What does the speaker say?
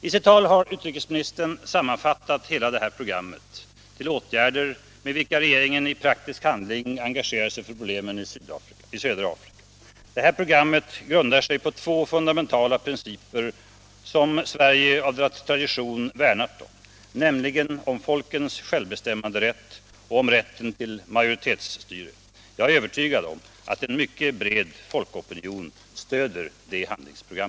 I sitt tal har utrikesministern sammanfattat hela det program till åtgärder med vilka regeringen i praktisk handling engagerar sig för problemen i södra Afrika. Detta program grundar sig på två fundamentala principer som Sverige av tradition värnat om, nämligen principen om folkens självbestämmanderätt och om rätten till majoritetsstyre. Jag är övertygad om att en mycket bred svensk folkopinion stöder detta handlingsprogram.